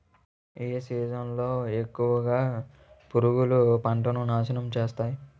ఏ season లో ఎక్కువుగా పురుగులు పంటను నాశనం చేస్తాయి?